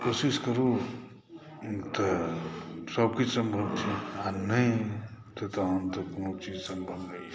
कोशिश करूँ तऽ सभ किछु सम्भव छै आ नहि तहन तऽ कोनो चीज़ सम्भव नहि